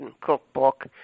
cookbook